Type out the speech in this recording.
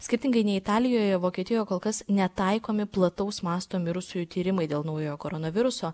skirtingai nei italijoje vokietijoje kol kas netaikomi plataus masto mirusiųjų tyrimai dėl naujojo koronaviruso